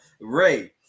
Ray